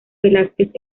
velásquez